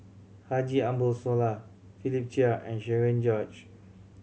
Haji Ambo Sooloh Philip Chia and Cherian George